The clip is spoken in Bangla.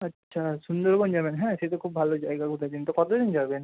আচ্ছা সুন্দরবন যাবেন হ্যাঁ সে তো খুব ভালো জায়গা তো কত জন যাবেন